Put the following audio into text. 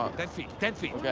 um ten feet, ten feet. yeah